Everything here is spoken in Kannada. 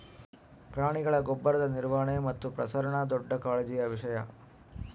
ಪ್ರಾಣಿಗಳ ಗೊಬ್ಬರದ ನಿರ್ವಹಣೆ ಮತ್ತು ಪ್ರಸರಣ ದೊಡ್ಡ ಕಾಳಜಿಯ ವಿಷಯ